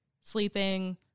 sleeping